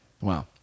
Wow